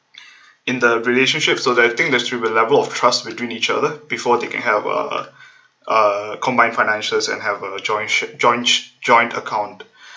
in the relationship so I think there should be a level of trust between each other before they can have uh uh combined finances and have a joint sha~ joint joint account